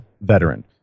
veteran